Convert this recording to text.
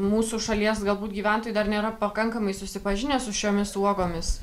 mūsų šalies galbūt gyventojai dar nėra pakankamai susipažinęs su šiomis uogomis